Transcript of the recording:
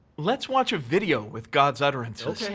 let's watch a video with god's utterances.